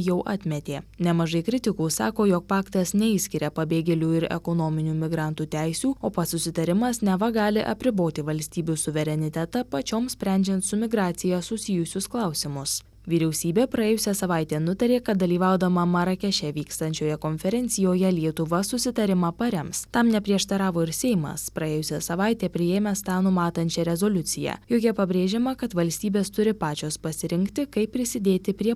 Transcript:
jau atmetė nemažai kritikų sako jog paktas neišskiria pabėgėlių ir ekonominių migrantų teisių o pats susitarimas neva gali apriboti valstybių suverenitetą pačioms sprendžiant su migracija susijusius klausimus vyriausybė praėjusią savaitę nutarė kad dalyvaudama marakeše vykstančioje konferencijoje lietuva susitarimą parems tam neprieštaravo ir seimas praėjusią savaitę priėmęs tą numatančią rezoliuciją joje pabrėžiama kad valstybės turi pačios pasirinkti kaip prisidėti prie